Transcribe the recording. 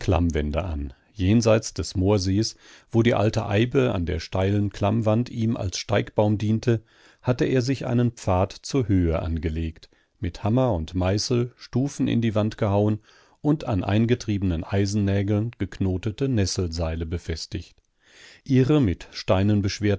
an jenseits des moorsees wo die alte eibe an der steilen klammwand ihm als steigbaum diente hatte er sich einen pfad zur höhe angelegt mit hammer und meißel stufen in die wand gehauen und an eingetriebenen eisennägeln geknotete nesselseile befestigt ihre mit steinen